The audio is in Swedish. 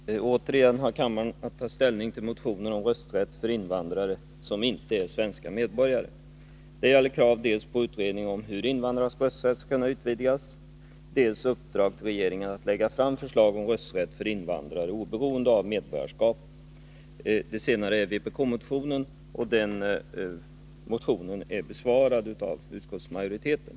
Fru talman! Återigen har kammaren att ta ställning till motioner om rösträtt för invandrare som inte är svenska medborgare. Det gäller krav dels på en utredning om hur invandrarnas rösträtt skall kunna utvidgas, dels på ett uppdrag till regeringen att lägga fram förslag om rösträtt för invandrare oberoende av medborgarskapet. Det senare kravet finns i vpk-motionen, och den motionen är besvarad av utskottsmajoriteten.